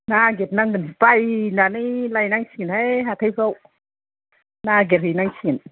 नागिरनांगोन बायनानै लायनांसिगोन हाय हाथायफ्राव नागिरहैनांसिगोन